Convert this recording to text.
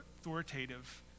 authoritative